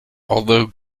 although